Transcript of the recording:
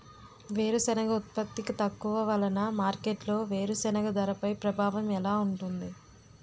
వేరుసెనగ ఉత్పత్తి తక్కువ వలన మార్కెట్లో వేరుసెనగ ధరపై ప్రభావం ఎలా ఉంటుంది?